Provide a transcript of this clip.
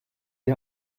die